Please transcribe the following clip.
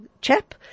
chap